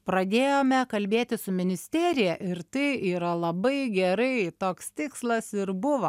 pradėjome kalbėtis su ministerija ir tai yra labai gerai toks tikslas ir buvo